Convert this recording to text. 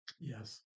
Yes